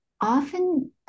often